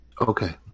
Okay